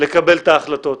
לקבל את ההחלטות,